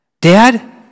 dad